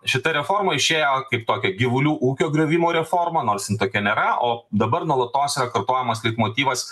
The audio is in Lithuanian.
šita reforma išėjo kaip tokia gyvulių ūkio griovimo reforma nors jin tokia nėra o dabar nuolatos yra kartojamas leitmotyvas